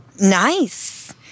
Nice